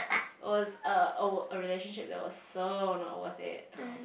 it was err a relationship that was so not worth it